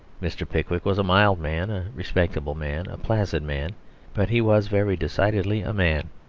mr. pickwick was a mild man, a respectable man, a placid man but he was very decidedly a man.